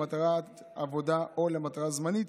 למטרת עבודה או למטרה זמנית,